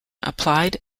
applied